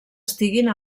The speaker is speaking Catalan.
estiguin